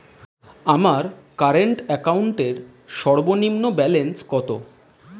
আমার current account সর্বনিম্ন balance কত?